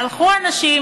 הלכו אנשים,